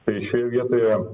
tai šioje vietoje